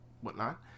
whatnot